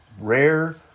rare